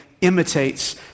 imitates